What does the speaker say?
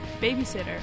Babysitter